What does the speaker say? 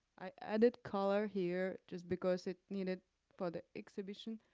i added color here just because it needed for the exhibition.